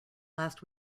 last